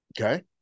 Okay